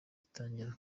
gitangira